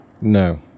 No